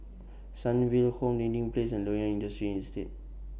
Sunnyville Home Dinding Place and Loyang Industrial Estate